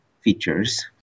features